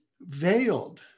veiled